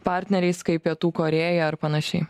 partneriais kaip pietų korėja ar panašiai